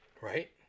right